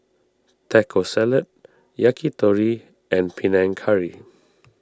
Taco Salad Yakitori and Panang Curry